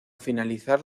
finalizar